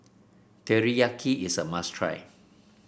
teriyaki is a must try